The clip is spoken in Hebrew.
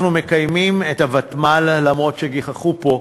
אנחנו מקיימים את הוותמ"ל, למרות שגיחכו פה,